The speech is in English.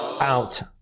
out